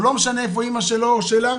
או לא משנה איפה אימא שלו או שלה,